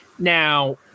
Now